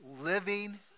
Living